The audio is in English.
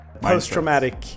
Post-traumatic